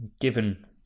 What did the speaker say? given